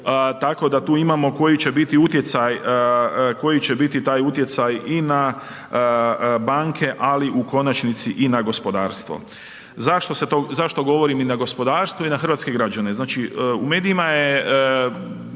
tako da tu imamo koji će biti taj utjecaj i na banke ali u konačnici i na gospodarstvo. Zašto se govorim i na gospodarstvo i na hrvatske građane? Znači u medijima je